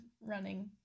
running